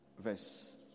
verse